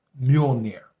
Mjolnir